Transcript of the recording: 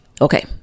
Okay